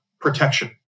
protection